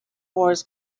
wars